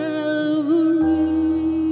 Calvary